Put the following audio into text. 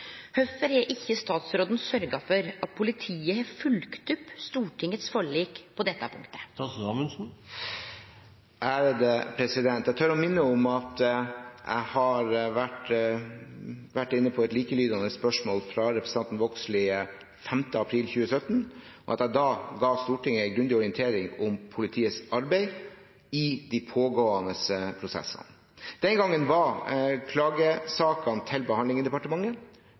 Hvorfor har ikke statsråden sørget for at politiet har fulgt opp Stortingets forlik på dette punktet?» Jeg tør minne om at jeg fikk et likelydende spørsmål fra representanten Vågslid 5. april 2017, og at jeg da ga Stortinget en grundig orientering om politiets arbeid i de pågående prosessene. Den gang var klagesakene til behandling i departementet.